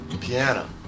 piano